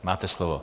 Máte slovo.